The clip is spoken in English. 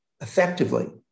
effectively